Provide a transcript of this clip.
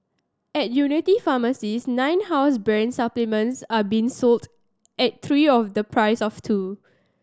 at Unity pharmacies nine house brand supplements are being sold at three of the price of two